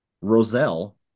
Roselle